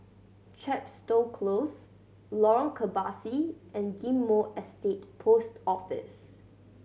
Chepstow Close Lorong Kebasi and Ghim Moh Estate Post Office